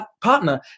partner